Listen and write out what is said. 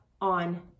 on